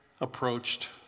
approached